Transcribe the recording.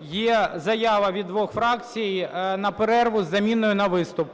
Є заява від двох фракцій на перерву з заміною на виступ.